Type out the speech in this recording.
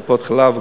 בטיפות-חלב,